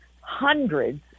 hundreds